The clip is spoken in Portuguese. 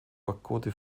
pacote